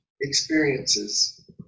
experiences